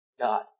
God